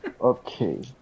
Okay